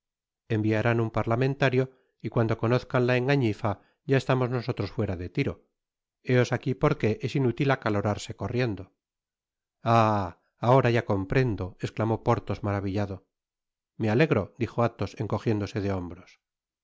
enviarán un parlamentario y cuando conozcan la engañifa ya estaremos nosotros fuera de tiro ileos aquí porque es inútil acalorarse corriendo ah t ahora ya comprendo esclamó porthos maravillado me alegro dijo athos encojiéndose de hombros por